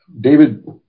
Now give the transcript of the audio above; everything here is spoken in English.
David